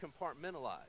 compartmentalized